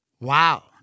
wow